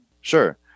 Sure